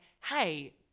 hey